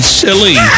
silly